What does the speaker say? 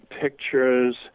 pictures